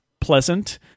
pleasant